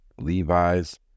Levi's